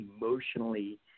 emotionally